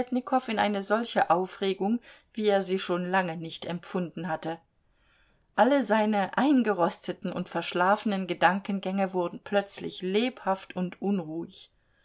tjentjetnikow in eine solche aufregung wie er sie schon lange nicht empfunden hatte alle seine eingerosteten und verschlafenen gedankengänge wurden plötzlich lebhaft und unruhig